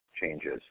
changes